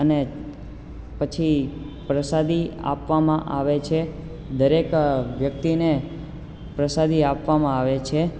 અને પછી પ્રસાદી આપવામાં આવે છે દરેક વ્યક્તિને પ્રસાદી આપવામાં આવે છે